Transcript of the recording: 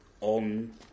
on